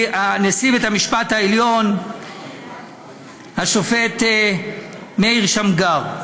נשיא בית המשפט העליון השופט מאיר שמגר: